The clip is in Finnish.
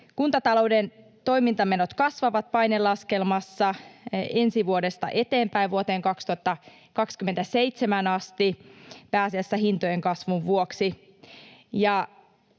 Kuntatalouden toimintamenot kasvavat painelaskelmassa ensi vuodesta eteenpäin vuoteen 2027 asti pääasiassa hintojen kasvun vuoksi.